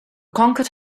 conquered